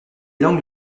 langues